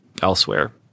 elsewhere